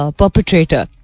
perpetrator